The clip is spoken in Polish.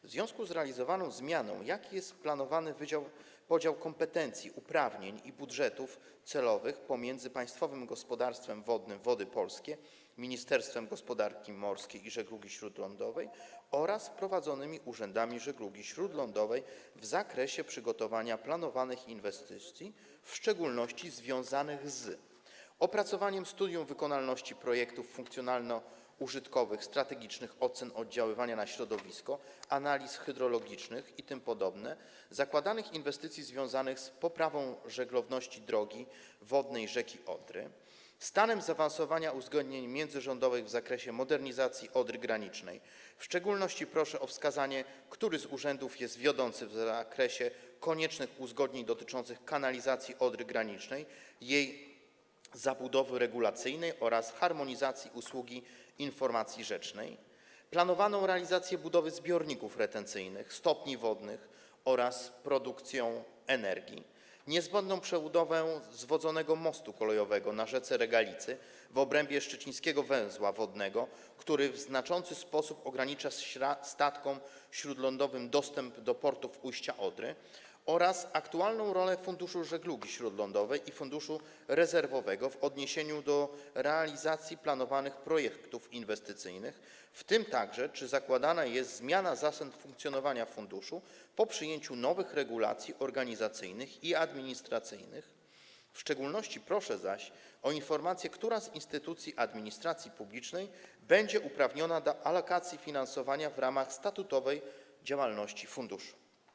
W związku z realizowaną zmianą jaki jest planowany podział kompetencji, uprawnień i budżetów celowych pomiędzy Państwowym Gospodarstwem Wodnym Wody Polskie, Ministerstwem Gospodarki Morskiej i Żeglugi Śródlądowej oraz wprowadzonymi urzędami żeglugi śródlądowej w zakresie przygotowania planowanych inwestycji, w szczególności związanych z: - opracowaniem studiów wykonalności, projektów funkcjonalno-użytkowych, strategicznych ocen oddziaływania na środowisko, analiz hydrologicznych itp. dla zakładanych inwestycji związanych z poprawą żeglowności drogi wodnej rzeki Odry; - stanem zaawansowania uzgodnień międzyrządowych w zakresie modernizacji Odry granicznej - w szczególności proszę o wskazanie, który z urzędów jest wiodący w zakresie koniecznych uzgodnień dotyczących kanalizacji Odry granicznej, jej zabudowy regulacyjnej oraz harmonizacji usługi informacji rzecznej; - planowaną realizacją budowy zbiorników retencyjnych, stopni wodnych oraz produkcją energii; - niezbędną przebudową zwodzonego mostu kolejowego na rzece Regalicy, w obrębie szczecińskiego węzła wodnego, który w znaczący sposób ogranicza statkom śródlądowym dostęp do portów ujścia Odry; - aktualną rolą Funduszu Żeglugi Śródlądowej i Funduszu Rezerwowego w odniesieniu do realizacji planowanych projektów inwestycyjnych, w tym także czy zakładana jest zmiana zasad funkcjonowania funduszu po przyjęciu nowych regulacji organizacyjnych i administracyjnych - w szczególności proszę zaś o informację, która z instytucji administracji publicznej będzie uprawniona do alokacji finansowania w ramach statutowej działalności funduszu?